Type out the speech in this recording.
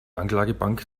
anklagebank